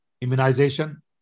immunization